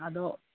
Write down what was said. ᱟᱫᱚ